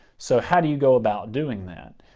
so how do you go about doing that?